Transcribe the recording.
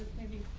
maybe